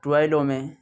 ٹویلوں میں